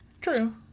True